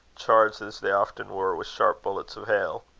charged as they often were with sharp bullets of hail.